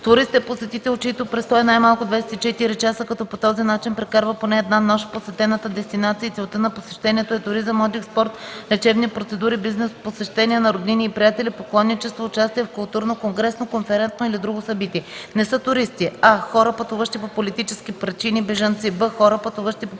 „Турист” е посетител, чийто престой е най-малко 24 часа, като по този начин прекарва поне една нощ в посетената дестинация и целта на посещението е туризъм, отдих, спорт, лечебни процедури, бизнес, посещения на роднини и приятели, поклонничество, участие в културно, конгресно, конферентно или друго събитие. Не са туристи: а) хора, пътуващи по политически причини, бежанци; б) хора, пътуващи по